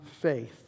faith